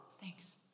Thanks